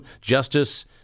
justice